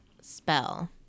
spell